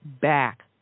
back